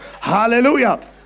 Hallelujah